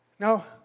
Now